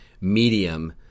medium